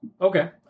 Okay